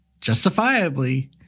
justifiably